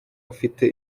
ufite